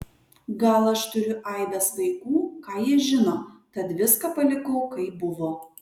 gal aš turiu aibes vaikų ką jie žino tad viską palikau kaip buvo